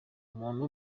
umuntu